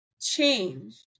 change